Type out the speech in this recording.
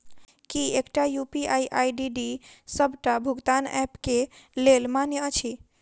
की एकटा UPI ID D सबटा भुगतान ऐप केँ लेल मान्य अछि?